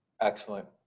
Excellent